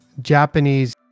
Japanese